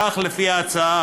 כך, לפי ההצעה,